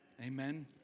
Amen